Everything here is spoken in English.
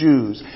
Jews